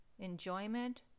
enjoyment